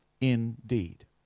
indeed